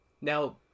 Now